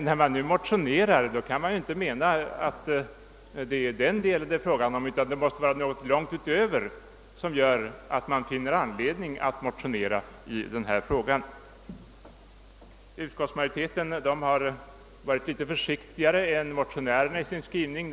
När man nu motionerar kan man inte gärna mena att det är denna del det är fråga om, utan att det måste vara fråga om något långt därutöver. Utskottsmajoriteten har varit litet försiktigare än motionärerna i sin skrivning.